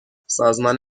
سازمان